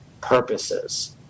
purposes